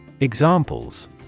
Examples